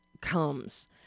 comes